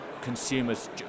consumers